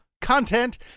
content